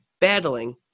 battling